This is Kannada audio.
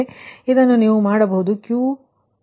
ನೀವು ಇದನ್ನು ಮಾಡಬಹುದು